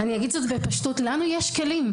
אני אגיד זאת בפשטות, לנו יש כלים.